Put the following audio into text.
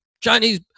chinese